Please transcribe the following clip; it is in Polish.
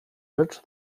rzecz